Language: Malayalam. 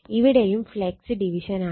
ഇവിടെയും ഫ്ളക്സ് ഡിവിഷനാണ്